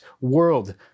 world